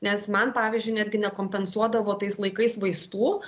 nes man pavyzdžiui netgi nekompensuodavo tais laikais vaistų